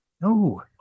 No